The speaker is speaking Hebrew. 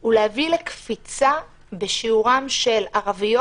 הוא להביא לקפיצה בשיעורן של ערביות